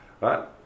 right